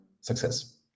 success